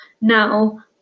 now